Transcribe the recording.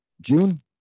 June